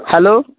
hello